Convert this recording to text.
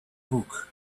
book